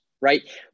right